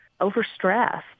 overstressed